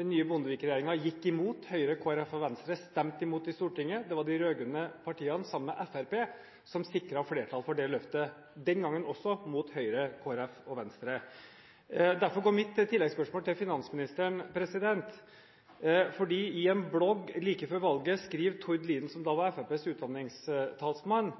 Den nye Bondevik-regjeringen gikk imot – Høyre, Kristelig Folkeparti og Venstre stemte imot i Stortinget. Det var de rød-grønne partiene sammen med Fremskrittspartiet som sikret flertall for det løftet – den gangen også mot Høyre, Kristelig Folkeparti og Venstre. Derfor går mitt tilleggsspørsmål til finansministeren, for i en blogg like før valget skriver Tord Lien, som da var Fremskrittspartiets utdanningstalsmann: «…